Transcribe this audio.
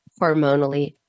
hormonally